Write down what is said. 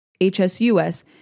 HSUS